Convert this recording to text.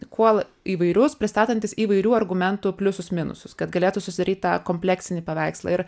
kuo įvairius pristatantis įvairių argumentų pliusus minusus kad galėtų susidaryt tą kompleksinį paveikslą ir